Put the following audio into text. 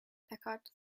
picard